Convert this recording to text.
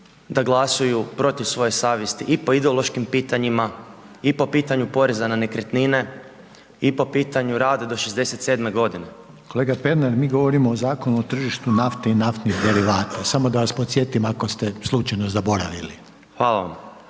da glasuju protiv svoje savjesti i po ideološkim pitanjima i po pitanju poreza na nekretnine i po pitanju rada do 67. godine. .../Upadica: Kolega Pernar, mi govorimo o Zakonu o tržištu nafte i naftnih derivata, samo da vas podsjetim, ako ste slučajno zaboravili./... Hvala vam.